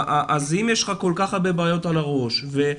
אז אם יש לך כל כך הרבה בעיות על הראש וגם